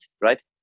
right